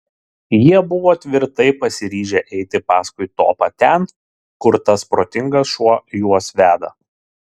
jie buvo tvirtai pasiryžę eiti paskui topą ten kur tas protingas šuo juos veda